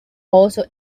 also